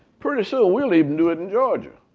pretty soon we'll even do it in georgia.